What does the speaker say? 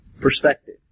perspective